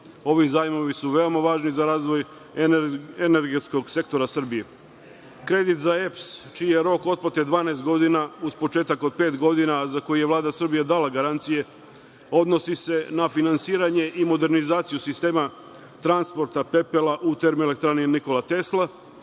Ovi zajmovi su veoma važni za razvoj energetskog sektora Srbije. Kredit za EPS, čiji je rok otplate 12 godina, uz početak od pet godina, a za koji je Vlada Republike Srbije dala garancije, odnosi se na finansiranje i modernizaciju sistema transporta pepela u Termoelektrani „Nikola Tesla“.